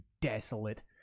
desolate